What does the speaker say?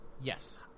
Yes